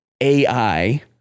AI